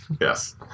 Yes